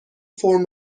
فرم